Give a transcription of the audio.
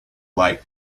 like